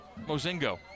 Mozingo